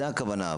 זאת הכוונה,